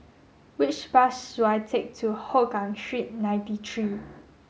which bus should I take to Hougang Street ninety three